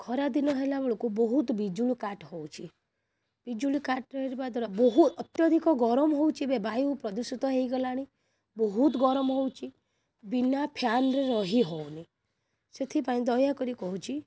ଖରାଦିନ ହେଲାବେଳକୁ ବହୁତ ବିଜୁଳି କାଟ୍ ହେଉଛି ବିଜୁଳି କାଟ୍ରେ ହେବା ଦ୍ୱାରା ବହୁ ଅତ୍ୟଧିକ ଗରମ ହେଉଛି ଏବେ ବାୟୁ ପ୍ରଦୂଷିତ ହେଇଗଲାଣି ବହୁତ ଗରମ ହେଉଛି ବିନା ଫ୍ୟାନ୍ରେ ରହିହେଉନି ସେଥିପାଇଁ ଦୟାକରି କହୁଛି